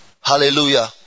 Hallelujah